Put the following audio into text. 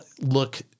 look